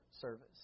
service